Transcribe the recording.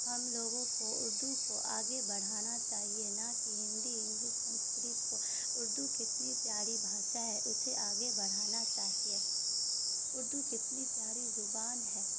ہم لوگوں کو اردو کو آگے بڑھانا چاہیے نہ کہ ہندی انگلس سنسکرت کو اردو کتنی پیاری بھاشا ہے اسے آگے بڑھانا چاہیے اردو کتنی پیاری زبان ہے